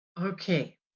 Okay